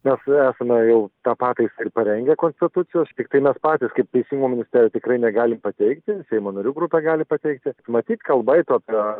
mes jau esame jau tą pataisą ir parengę konstitucijos tiktai mes patys kaip teisingumo ministerija tikrai negalim pateikti seimo narių grupė gali pateikti matyt kalba eitų apie